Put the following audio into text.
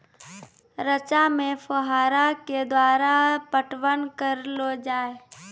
रचा मे फोहारा के द्वारा पटवन करऽ लो जाय?